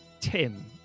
Tim